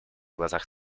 глазах